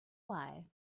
why